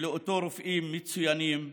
שאותם רופאים מצוינים מהנגב,